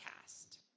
cast